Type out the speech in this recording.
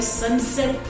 sunset